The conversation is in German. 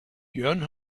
jörn